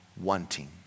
wanting